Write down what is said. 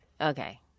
Okay